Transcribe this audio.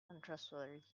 untrustworthy